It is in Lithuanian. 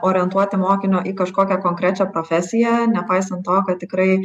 orientuoti mokinio į kažkokią konkrečią profesiją nepaisant to kad tikrai